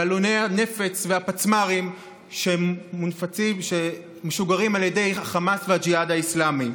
בלוני הנפץ והפצמ"רים שמשוגרים על ידי החמאס והג'יהאד האסלאמי.